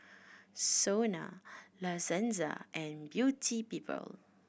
SONA La Senza and Beauty People